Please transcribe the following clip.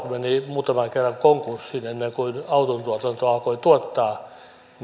meni muutaman kerran konkurssiin ennen kuin autotuotanto alkoi tuottaa